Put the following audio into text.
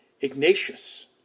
Ignatius